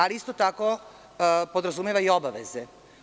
Ali isto tako podrazumeva i obaveze.